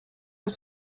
was